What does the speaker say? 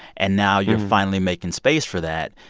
and now you're finally making space for that.